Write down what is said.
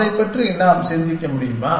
அதைப் பற்றி நாம் சிந்திக்க முடியுமா